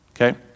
Okay